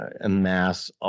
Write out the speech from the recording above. amass